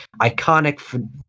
iconic